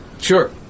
Sure